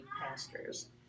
pastors